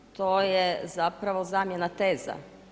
To je zapravo zamjena teza.